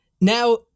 Now